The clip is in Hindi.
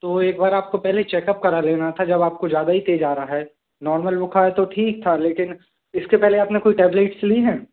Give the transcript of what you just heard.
तो एक बार आपको पहले चेकअप करा लेना था जब आपको ज्यादा ही तेज आ रहा है नॉर्मल बुखार है तो ठीक था लेकिन इसके पहले आपने कोई टेबलेट्स ली हैं